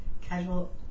Casual